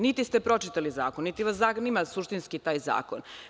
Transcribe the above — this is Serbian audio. Niti ste pročitali zakon, niti vas zanima suštinski, taj zakon.